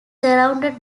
surrounded